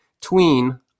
Tween